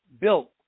built